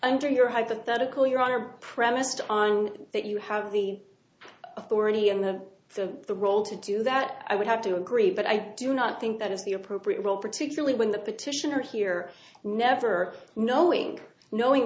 under your hypothetical your are premised on that you have the authority and the so the role to do that i would have to agree but i do not think that is the appropriate role particularly when the petitioner here never knowing knowing